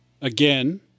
again